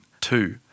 two